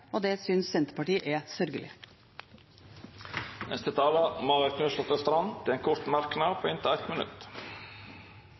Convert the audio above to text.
og det synes Senterpartiet er sørgelig. Representanten Marit Knutsdatter Strand har hatt ordet to gonger og får ordet til ein kort merknad,